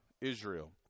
Israel